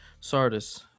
Sardis